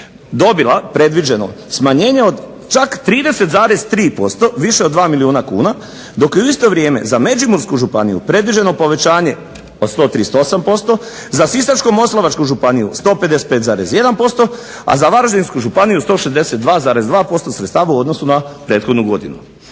dobila predviđeno smanjenje od čak 30,3% više od 2 milijuna kuna dok je u isto vrijeme za Međimursku županiju predviđeno povećanje od 138%, za Sisačko-moslavačku županiju 155,1%, a za Varaždinsku županiju 162,2% sredstava u odnosu na prethodnu godinu.